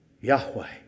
Yahweh